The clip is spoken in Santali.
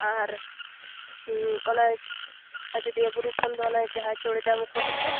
ᱟᱨ ᱚᱱᱟ ᱟᱡᱚᱫᱤᱭᱟᱹ ᱵᱩᱨᱩ ᱠᱷᱚᱱ ᱫᱚ ᱚᱱᱮ ᱡᱟᱦᱟᱸ ᱪᱚᱲᱤᱫᱟ ᱢᱩᱠᱷᱚᱥ ᱜᱷᱚᱨ